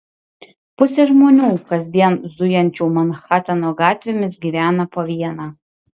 pusė žmonių kasdien zujančių manhatano gatvėmis gyvena po vieną